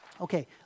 Okay